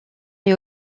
est